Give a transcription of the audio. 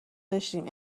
داشتیم